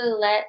let